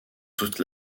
toute